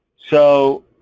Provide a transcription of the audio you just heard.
so